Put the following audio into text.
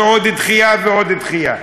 ועוד דחייה ועוד דחייה?